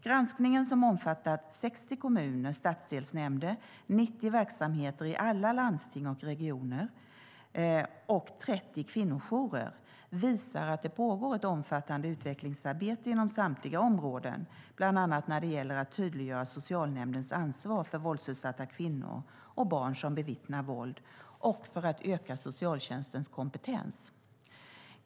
Granskningen har omfattat 60 kommuner och stadsdelsnämnder, 90 verksamheter i alla landsting och regioner samt 30 kvinnojourer, och den visar att det pågår ett omfattande utvecklingsarbete inom samtliga områden - bland annat när det gäller att tydliggöra socialnämndens ansvar för våldsutsatta kvinnor och för barn som bevittnar våld och när det gäller att öka socialtjänstens kompetens.